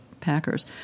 packers